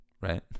right